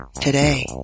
today